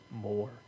more